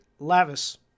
Lavis